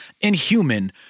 inhuman